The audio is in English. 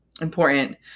important